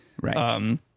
Right